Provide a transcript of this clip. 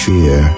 Fear